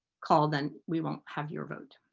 called then we won't have your vote.